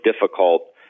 difficult